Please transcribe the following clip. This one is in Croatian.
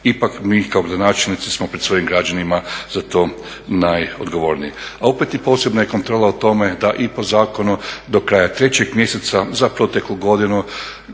Ipak mi kao gradonačelnici smo pred svojim građanima za to najodgovorniji. A opet posebna kontrola u tome da i po zakonu do kraja 3.mjeseca za proteklu godinu